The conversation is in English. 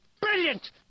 Brilliant